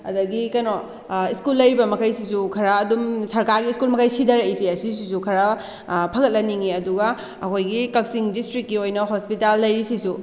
ꯑꯗꯒꯤ ꯀꯩꯅꯣ ꯁ꯭ꯀꯨꯜ ꯂꯩꯔꯤꯕ ꯃꯈꯩꯁꯤꯁꯨ ꯈꯔ ꯑꯗꯨꯝ ꯁꯔꯀꯥꯔꯒꯤ ꯁ꯭ꯀꯨꯜ ꯃꯈꯩ ꯁꯤꯗꯔꯛꯏꯁꯦ ꯑꯁꯤꯁꯤꯁꯨ ꯈꯔ ꯐꯒꯠꯍꯟꯅꯤꯡꯏ ꯑꯗꯨꯒ ꯑꯩꯈꯣꯏꯒꯤ ꯀꯛꯆꯤꯡ ꯗꯤꯁꯇ꯭ꯔꯤꯛꯀꯤ ꯑꯣꯏꯅ ꯍꯣꯏꯄꯤꯇꯥꯜ ꯂꯩꯔꯤꯁꯤꯁꯨ